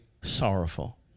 sorrowful